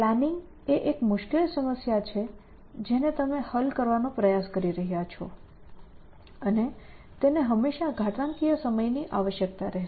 planning એ એક મુશ્કેલ સમસ્યા છે કે જેને તમે હલ કરવાનો પ્રયાસ કરી રહ્યાં છો અને તેને હંમેશાં ઘાતાંકીય સમયની આવશ્યકતા રહેશે